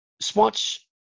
Swatch